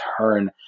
turn